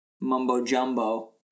mumbo-jumbo